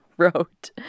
wrote